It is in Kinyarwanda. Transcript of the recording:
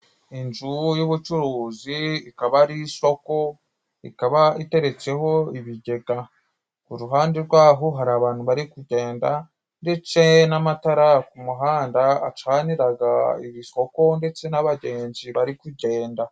Inzu y’ubucuruzi, ikaba ari isoko, ikaba iteretseho ibigega ku ruhande rwaho hari abantu bari kugenda, ndetse n’amatara ku muhanda acaniraga iri soko, ndetse n’abagenzi bari kugenda.